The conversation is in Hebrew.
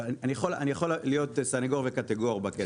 אני יכול להיות סנגור וקטגור.